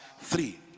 three